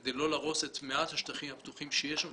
כדי לא להרוס את מעט השטחים הפתוחים שיש לנו,